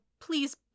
please